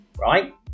right